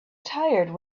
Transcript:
tired